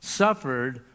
suffered